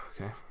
Okay